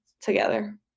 together